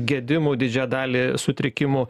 gedimų didžiąją dalį sutrikimų